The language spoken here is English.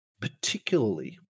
particularly